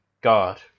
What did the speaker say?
God